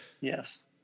Yes